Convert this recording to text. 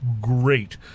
great